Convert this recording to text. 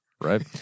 Right